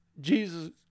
Jesus